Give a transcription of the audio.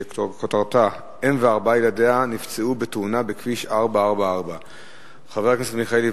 שכותרתה: אם וארבעת ילדיה נפצעו בתאונה בכביש 444. חבר הכנסת מיכאלי,